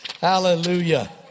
Hallelujah